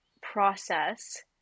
process